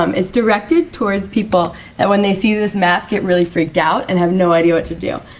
um it's directed towards people that when they see this map get really freaked out and have no idea what to do.